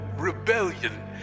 Rebellion